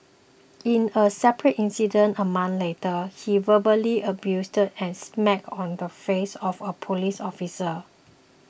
in a separate incident a month later he verbally abused and spat on the face of a police officer